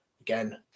Again